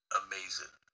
amazing